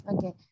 Okay